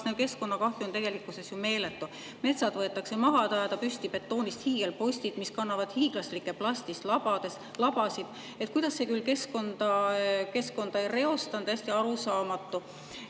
keskkonnakahju on tegelikkuses meeletu. Metsad võetakse maha, et ajada püsti betoonist hiigelpostid, mis kannavad hiiglaslikke plastist labasid. Kuidas see justkui keskkonda ei reosta, on täiesti arusaamatu.